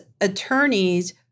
attorneys